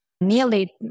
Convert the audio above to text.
nearly